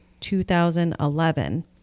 2011